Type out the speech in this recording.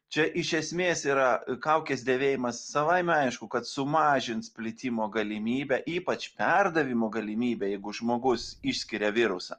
čia iš esmės yra kaukės dėvėjimas savaime aišku kad sumažins plitimo galimybę ypač perdavimo galimybę jeigu žmogus išskiria virusą